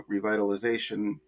revitalization